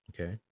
Okay